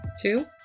Two